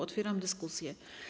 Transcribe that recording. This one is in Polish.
Otwieram dyskusję.